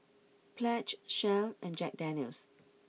Pledge Shell and Jack Daniel's